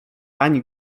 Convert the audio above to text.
ani